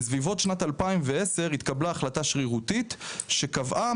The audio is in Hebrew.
בסביבות שנת 2010 התקבלה החלטה שרירותית שקבעה